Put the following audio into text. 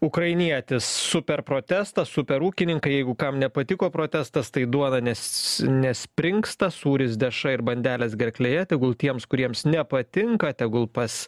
ukrainietis super protestas super ūkininkai jeigu kam nepatiko protestas tai duoda nes nespringsta sūris dešra ir bandelės gerklėje tegul tiems kuriems nepatinka tegul pas